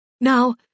Now